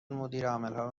مدیرعاملها